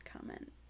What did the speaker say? comment